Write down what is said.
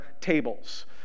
tables